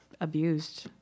abused